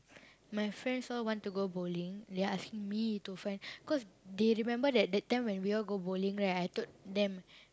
my friends all want to go bowling they asking me to find cause they remember that that time when we all go bowling right I told them